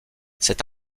cet